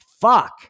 fuck